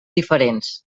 diferents